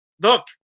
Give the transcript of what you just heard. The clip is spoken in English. Look